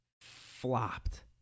flopped